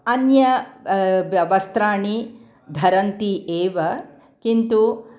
अन्य ब् वस्त्राणि धरन्ति एव किन्तु